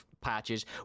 patches